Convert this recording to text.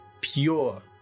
pure